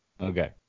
Okay